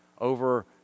over